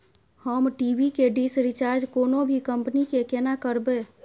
हम टी.वी के dish recharge कोनो भी कंपनी के केना करबे?